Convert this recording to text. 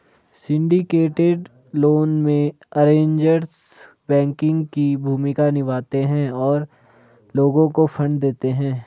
syndicated loan में, arrangers banking की भूमिका निभाते हैं और लोगों को फंड देते हैं